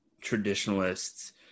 traditionalists